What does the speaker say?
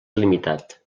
limitat